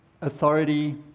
authority